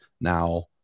Now